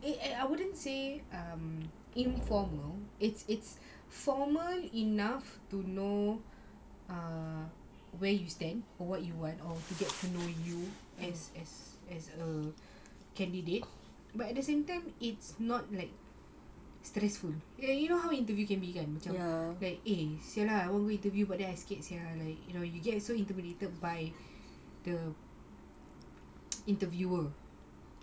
I I wouldn't say informal it's it's formal enough to know err where you stand or what you want to get to know you as as as a candidate but at the same time it's not like stressful you you know how interview can be can become like macam like !siala! I want go interview but I scared sia yes like you know you get so intimidated by the interviewer